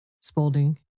Spaulding